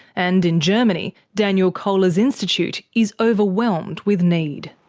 and in germany daniel koehler's institute is overwhelmed with need.